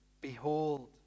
Behold